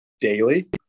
daily